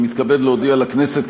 אני מתכבד להודיע לכנסת,